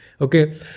okay